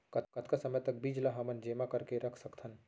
कतका समय तक बीज ला हमन जेमा करके रख सकथन?